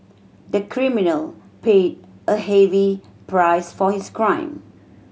the criminal paid a heavy price for his crime